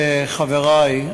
חברי,